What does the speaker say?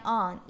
on